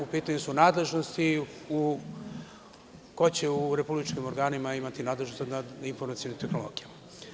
U pitanju su nadležnosti, ko će u republičkim organima imati nadležnosti nad informacionim tehnologijama.